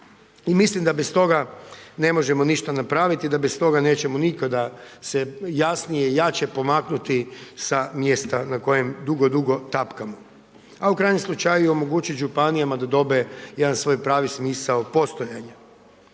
I mislim da bez toga ne možemo ništa napraviti, da bez toga nećemo nikada se jasnije i jače pomaknuti sa mjesta na kojem dugo, dugo tapkamo. A u krajnjem slučaju omogućiti županijama da dobe jedan svoj pravi smisao postojanja.